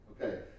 Okay